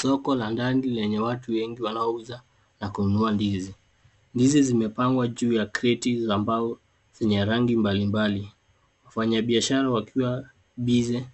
Soko la ndani lenye watu wengi wanaouza na kununua ndizi. Ndizi zimepangwa juu ya kreti za mbao, zenye rangi mbali mbali. Wafanyi biashara wakiwa busy